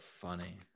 funny